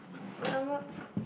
do I watched